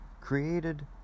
created